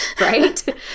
Right